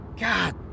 God